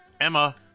Emma